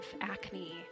acne